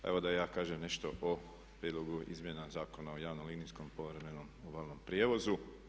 Evo da i ja kažem nešto o prijedlogu izmjena Zakona o javnom linijskom i povremenom obalnom prijevozu.